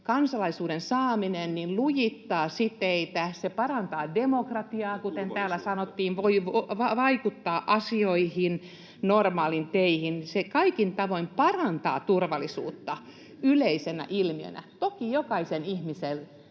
kansalaisuuden saaminen lujittaa siteitä. Se parantaa demokratiaa, kuten täällä sanottiin. [Kimmo Kiljunen: Ja turvallisuutta!] Asioihin voi vaikuttaa normaalia tietä. Se kaikin tavoin parantaa turvallisuutta yleisenä ilmiönä. Toki jokaisen ihmisen